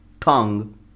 tongue